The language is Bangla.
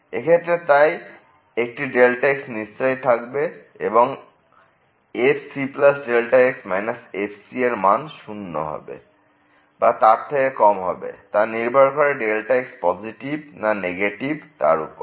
এক্ষেত্রে তাই একটি x নিশ্চয়ই থাকবে এবং f cx f এর মান 0 র সমান হবে বা তার থেকে কম হবে তা নির্ভর করবে x পজিটিভ না নেগেটিভ তার উপরে